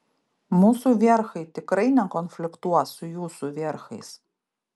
mūsų vierchai tikrai nekonfliktuos su jūsų vierchais